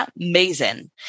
amazing